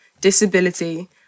disability